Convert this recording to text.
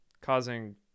causing